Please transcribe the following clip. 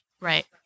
Right